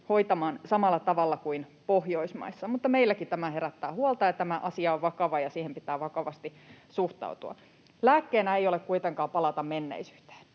hoitamaan samalla tavalla kuin Pohjoismaissa. Mutta meilläkin tämä herättää huolta, ja tämä asia on vakava, ja siihen pitää vakavasti suhtautua. Lääkkeenä ei ole kuitenkaan palata menneisyyteen,